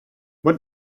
what